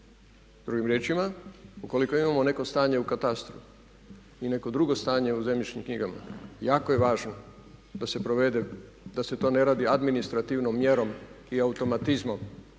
Drugim riječima, ukoliko imamo neko stanje u katastru i neko drugo stanje u zemljišnim knjigama, jako je važno da se provede, da se to ne radi administrativnom mjerom i automatizmom,